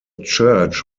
church